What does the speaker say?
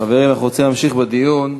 חברים, אנחנו רוצים להמשיך בדיון.